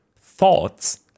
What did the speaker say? thoughts